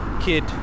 kid